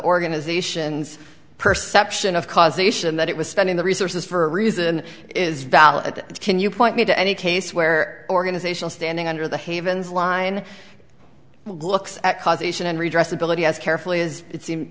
organizations perception of causation that it was spending the resources for a reason is valid and can you point me to any case where organizational standing under the havens line looks at causation and redress ability as carefully as it seem